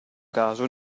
caso